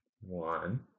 One